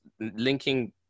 linking